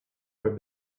her